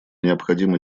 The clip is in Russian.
необходимы